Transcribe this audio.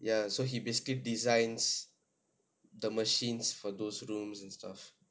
ya so he basically designs the machines for those rooms and stuff